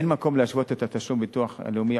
2. אין מקום להשוות את תשלום הביטוח הלאומי